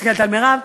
מסתכלת על מרב.